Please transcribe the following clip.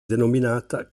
denominata